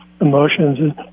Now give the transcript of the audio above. emotions